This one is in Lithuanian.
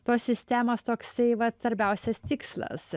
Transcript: tos sistemos toksai vat svarbiausias tikslas